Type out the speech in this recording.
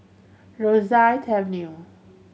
Rosyth Avenue